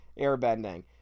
airbending